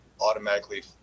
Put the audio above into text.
automatically